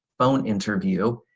phone interview,